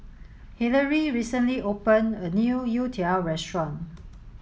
Hillery recently opened a new Youtiao restaurant